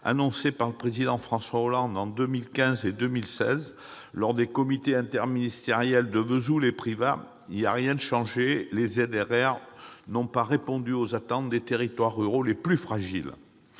annoncées par le président François Hollande en 2015 et en 2016 lors des comités interministériels aux ruralités de Vesoul et de Privas, rien n'a changé. Les ZRR n'ont pas répondu aux attentes des territoires ruraux les plus fragiles.